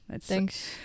thanks